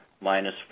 minus